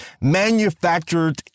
manufactured